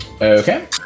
Okay